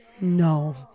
No